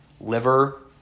liver